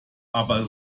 aber